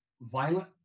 violent